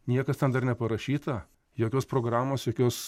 niekas ten dar neparašyta jokios programos jokios